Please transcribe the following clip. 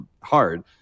hard